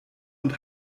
und